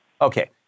Okay